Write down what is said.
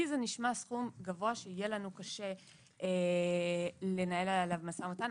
לי זה נשמע סכום גבוה שיהיה לנו קשה לנהל עליו משא ומתן.